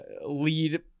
lead